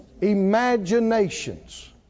imaginations